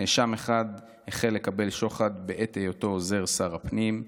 נאשם 1 החל לקבל שוחד בעת היותו עוזר שר הפנים,